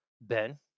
Ben